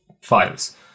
files